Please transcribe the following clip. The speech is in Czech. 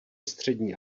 střední